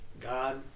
God